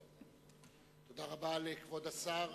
תודה רבה לכבוד השר.